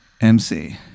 MC